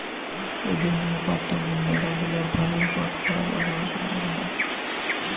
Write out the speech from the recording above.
ওজন মাপার তন্ন মেলাগিলা ভারের বাটখারা ব্যবহার করাঙ হউক